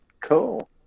Cool